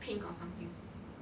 pink or something